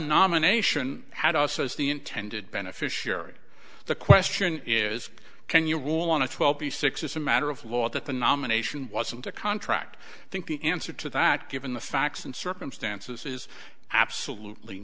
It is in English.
nomination had also as the intended beneficiary the question is can you rule on a twelve b six as a matter of law that the nomination wasn't a contract i think the answer to that given the facts and circumstances is absolutely